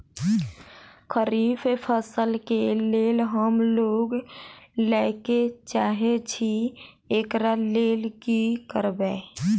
खरीफ फसल केँ लेल हम लोन लैके चाहै छी एकरा लेल की करबै?